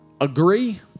agree